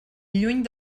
lluny